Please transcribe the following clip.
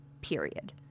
period